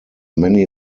many